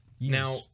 Now